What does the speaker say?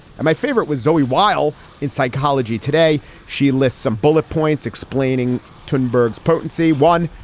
and my favorite was zoe. while in psychology today she lists some bullet points explaining two n bergs potency one.